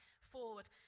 forward